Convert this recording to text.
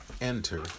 enter